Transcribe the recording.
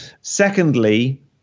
Secondly